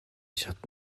шат